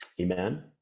Amen